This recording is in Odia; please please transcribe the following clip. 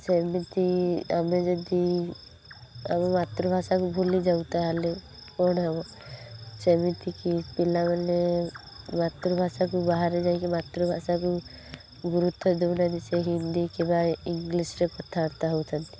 ସେମିତି ଆମେ ଯଦି ଆମ ମାତୃଭାଷାକୁ ଭୁଲି ଯାଉ ତାହାଲେ କ'ଣ ହବ ସେମିତି କି ପିଲାମାନେ ମାତୃଭାଷାକୁ ବାହାରେ ଯାଇକି ମାତୃଭାଷାକୁ ଗୁରୁତ୍ୱ ଦଉ ନାହାନ୍ତି ସେ ହିନ୍ଦୀ କିମ୍ୱା ଇଂଲିଶ୍ରେ କଥାବାର୍ତ୍ତା ହଉଛନ୍ତି